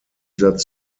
tätig